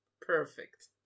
perfect